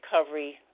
recovery